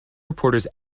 reporters